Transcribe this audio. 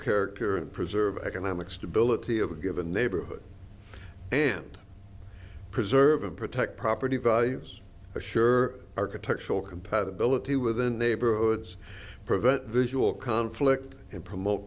character and preserve economic stability of a given neighborhood and preserve and protect property values assure architectural compatibility with the neighborhoods prevent visual conflict and promote